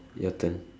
your turn